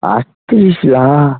আটত্রিশ লাখ